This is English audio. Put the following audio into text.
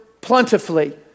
plentifully